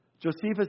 Josephus